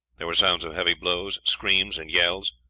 there were sounds of heavy blows, screams and yells,